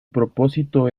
propósito